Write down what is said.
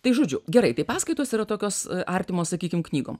tai žodžiu gerai tai paskaitos yra tokios artimos sakykim knygom